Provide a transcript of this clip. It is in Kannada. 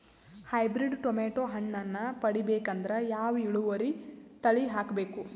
ಹೈಬ್ರಿಡ್ ಟೊಮೇಟೊ ಹಣ್ಣನ್ನ ಪಡಿಬೇಕಂದರ ಯಾವ ಇಳುವರಿ ತಳಿ ಹಾಕಬೇಕು?